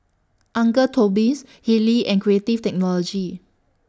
Uncle Toby's Haylee and Creative Technology